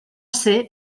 ser